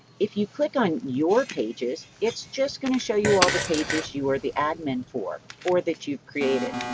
if you click on your pages, it's just going to show you all the pages you are the admin for, or that you've created.